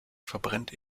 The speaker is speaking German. verbrennt